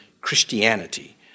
Christianity